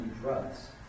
drugs